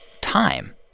time